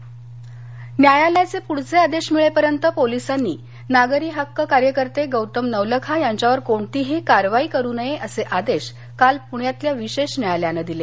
एल्गार परिषद नवलखा न्यायालयाचे पुढचे आदेश मिळेपर्यंत पोलिसांनी नागरी हक्क कार्यकर्ते गौतम नवलखा यांच्यावर कोणतीही कारवाई करू नये असे आदेश काल पुण्यातल्या विशेष न्यायालयानं दिले